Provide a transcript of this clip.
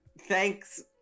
thanks